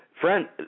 Friend